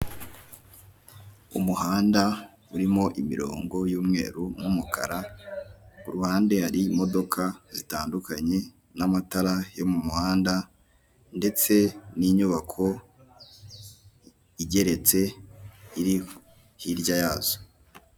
Umuhanda urimo imirongo y'umweru n'umukara ku ruhande hari imodoka zitandukanye n'amatara yo mu muhanda ndetse n'inyubako igeretse iri hirya yazo.